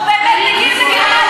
אנחנו באמת מגיעים לגרמניה